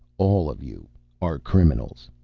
all of you are criminals.